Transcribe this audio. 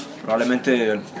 probablemente